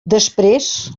després